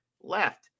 left